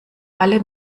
alle